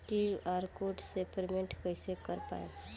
QR code से payment कईसे कर पाएम?